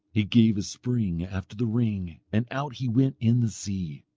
he gave a spring after the ring, and out he went in the sea.